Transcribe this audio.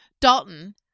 Dalton